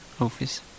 office